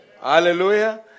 Hallelujah